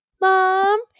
mom